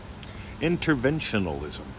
Interventionalism